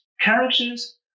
Characters